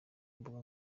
mbuga